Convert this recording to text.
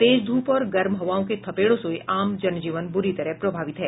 तेज ध्रप और गर्म हवाओं के थपेड़ों से आम जन जीवन ब्रुरी तरह प्रभावित है